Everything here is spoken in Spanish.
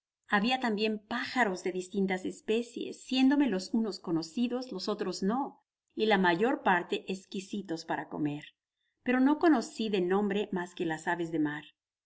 habia tambien pájaros de distintas especies siendome los unos conocidos los otros no y la mayor parte esquisitos para comer pero no conoci de nombre mas que las aves de mar